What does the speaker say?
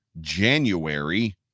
January